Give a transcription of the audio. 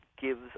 gives